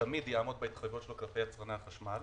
תמיד יעמוד בהתחייבויות שלו כלפי יצרני החשמל,